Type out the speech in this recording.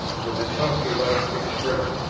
with a tough elastic strength,